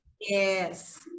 yes